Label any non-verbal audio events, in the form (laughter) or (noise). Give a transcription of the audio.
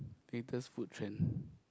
latest food trend (breath)